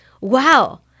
wow